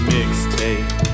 Mixtape